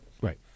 right